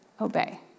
obey